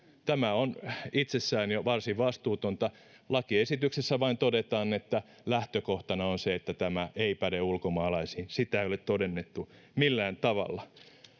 tämä on jo itsessään varsin vastuutonta lakiesityksessä vain todetaan että lähtökohtana on se että tämä ei päde ulkomaalaisiin sitä ei ole todennettu millään tavalla